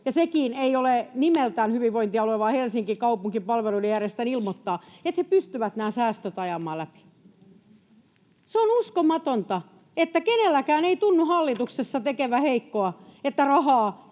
ja sekään ei ole nimeltään hyvinvointialue vaan Helsingin kaupunki palveluiden järjestäjänä, ilmoittaa, että he pystyvät nämä säästöt ajamaan läpi. Se on uskomatonta, että kenelläkään ei tunnu hallituksessa tekevän heikkoa, että rahaa